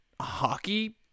hockey